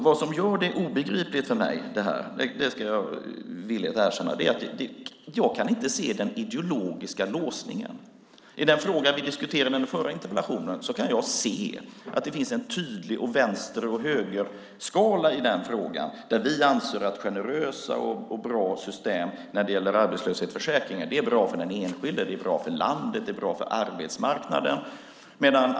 Vad som gör det obegripligt för mig - det ska jag villigt erkänna - är att jag inte kan se den ideologiska låsningen. I den fråga vi diskuterade i samband med den förra interpellationen kan jag se att det finns en tydlig vänster-höger-skala. Vi anser att generösa och bra system i arbetslöshetsförsäkringen är bra för den enskilde, bra för landet och bra för arbetsmarknaden.